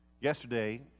Yesterday